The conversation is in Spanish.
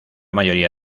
mayoría